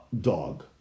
dog